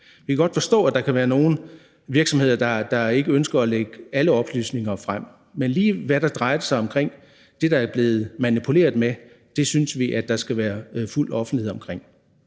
vi kan godt forstå, at der kan være nogle virksomheder, der ikke ønsker at lægge alle oplysninger frem, men lige når det drejer sig om det, der er blevet manipuleret med, synes vi, der skal være fuld offentlighed omkring